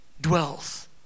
dwells